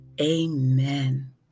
Amen